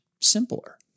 simpler